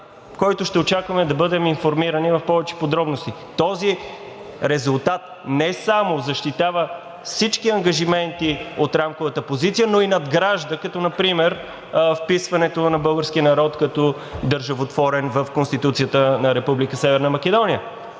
който ще очакваме да бъдем информирани в повече подробности. Този резултат не само защитава всички ангажименти от рамковата позиция, но и надгражда като например вписването на българския народ като държавотворен в Конституцията на Република